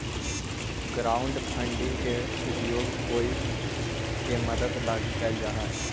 crowdfunding के उपयोग कोई के मदद लगी कैल जा हई